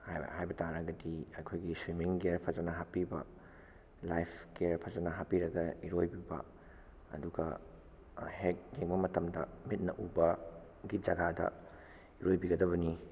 ꯍꯥꯏꯕ ꯍꯥꯏꯕ ꯇꯥꯔꯒꯗꯤ ꯑꯩꯈꯣꯏꯒꯤ ꯁ꯭ꯋꯤꯝꯃꯤꯡ ꯒꯤꯌꯔ ꯐꯖꯅ ꯍꯥꯞꯄꯤꯕ ꯂꯥꯏꯐ ꯀꯤꯌꯔ ꯐꯖꯅ ꯍꯥꯞꯄꯤꯔꯒ ꯎꯔꯣꯏꯕꯤꯕ ꯑꯗꯨꯒ ꯍꯦꯛ ꯌꯦꯡꯕ ꯃꯇꯝꯗ ꯃꯤꯠꯅ ꯎꯕꯒꯤ ꯖꯒꯥꯗ ꯏꯔꯣꯏꯕꯤꯒꯗꯕꯅꯤ